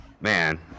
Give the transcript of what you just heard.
man